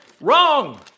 Wrong